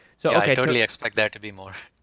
so like i totally expect there to be more.